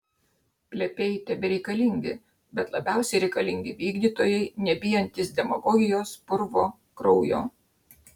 plepiai tebereikalingi bet labiausiai reikalingi vykdytojai nebijantys demagogijos purvo kraujo